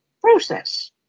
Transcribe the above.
process